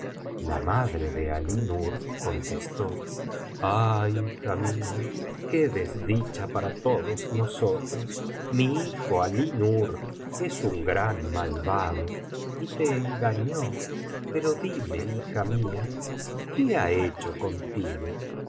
la madre de alínur contestó ah hija mía qué desdicha para todos nosotros mi hijo alí nur es un gran malvado y te engañó pero dime hija mía que ha hecho contigo